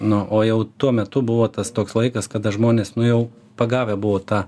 nu o jau tuo metu buvo tas toks laikas kada žmonės nu jau pagavę buvo tą